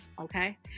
Okay